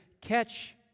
catch